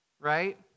right